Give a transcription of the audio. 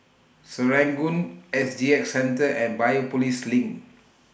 Serangoon S G X Centre and Biopolis LINK